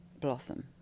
blossom